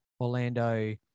Orlando